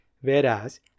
whereas